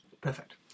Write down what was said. Perfect